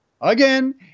Again